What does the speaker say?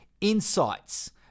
insights